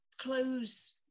close